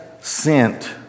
sent